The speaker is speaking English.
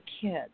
kids